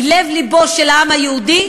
היא לב-לבו של העם היהודי,